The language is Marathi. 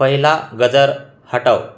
पहिला गजर हटव